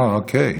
אה, אוקיי.